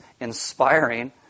inspiring